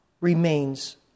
remains